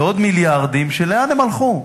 זה עוד מיליארדים, שלאן הם הלכו?